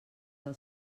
del